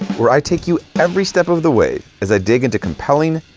where i take you every step of the way as i dig into compelling,